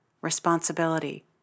responsibility